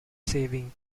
saving